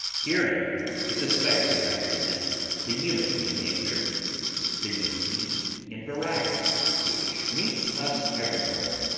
herein is especially apprehended the unity of nature the unity in variety which meets us everywhere.